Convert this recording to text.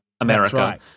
America